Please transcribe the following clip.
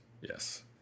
yes